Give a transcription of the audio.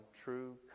true